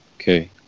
okay